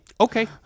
okay